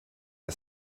der